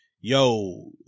yo